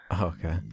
Okay